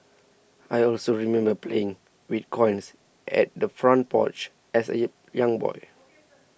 I also remember playing with coins at the front porch as a young boy